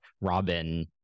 Robin